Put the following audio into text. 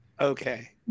Okay